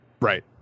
Right